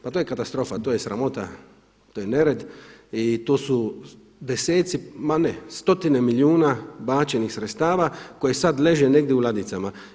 Pa to je katastrofa, to je sramota, to je nered i tu su deseci, ma ne, stotine milijuna bačenih sredstva koji sada leže negdje u ladicama.